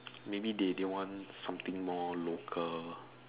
maybe they they want something more local